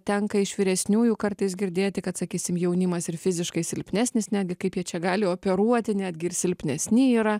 tenka iš vyresniųjų kartais girdėti kad sakysim jaunimas ir fiziškai silpnesnis netgi kaip jie čia gali operuoti netgi ir silpnesni yra